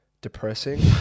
depressing